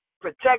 protect